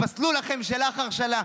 פסלו לכם שאלה אחר שאלה.